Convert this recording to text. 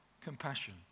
compassion